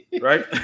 right